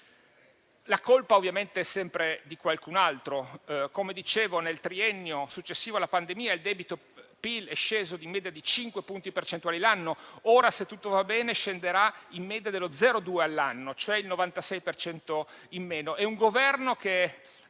La colpa, ovviamente, è sempre di qualcun altro. Come dicevo, nel triennio successivo alla pandemia, il rapporto debito-PIL è sceso di media di cinque punti percentuali l'anno. Ora, se tutto va bene, scenderà in media dello 0,2 all'anno: cioè il 96 per cento in meno. È un Governo che